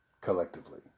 collectively